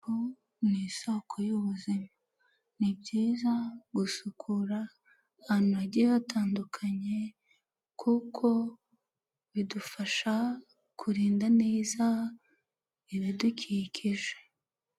Isuku ni isoko y'ubuzima ni byiza gusukura ahantu hagiye hatandukanye kuko bidufasha kurinda neza ibidukikije.